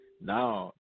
Now